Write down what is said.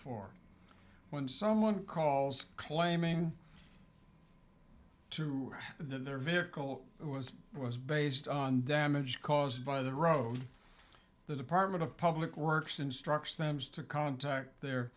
for when someone calls claiming to their vehicle was was based on damage caused by the road the department of public works instructs them to contact their